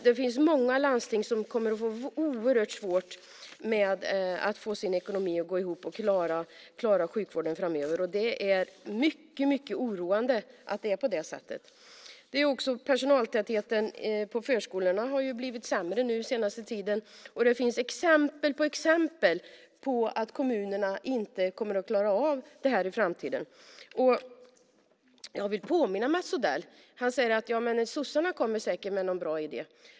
Det finns många landsting som kommer att få oerhört svårt att få sin ekonomi att gå ihop och klara sjukvården framöver. Det är mycket oroande att det är på det sättet. Personaltätheten på förskolorna har det blivit sämre med under den senaste tiden. Det finns exempel på exempel på att kommunerna inte kommer att klara av det här i framtiden. Mats Odell säger att sossarna säkert kommer med någon bra idé.